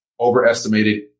overestimated